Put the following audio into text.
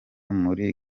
muri